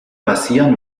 passieren